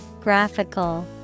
Graphical